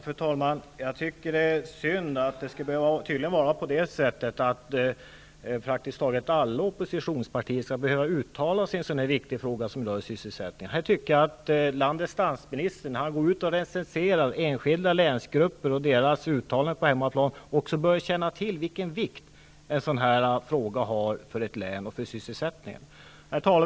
Fru talman! Jag tycker att det är synd att det skall vara på det sättet att praktiskt taget alla oppositionspartier skall behöva uttala sig i en så här viktig fråga, som rör sysselsättningen. Jag tycker att landets statsminister, när han går ut och recenserar enskilda länsgrupper och deras uttalanden på hemmaplan, också bör känna till vilken vikt en sådan här fråga har för ett län och för sysselsättningen.